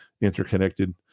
interconnected